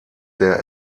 der